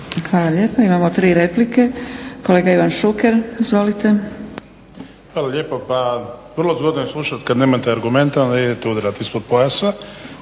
Hvala lijepo. Imamo tri replike, kolega Ivan Šuker. Izvolite. **Šuker, Ivan (HDZ)** Hvala lijepo. Pa vrlo zgodno je slušati kada nemate argumenta onda idete udarati ispod pojasa.